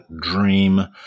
dream